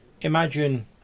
Imagine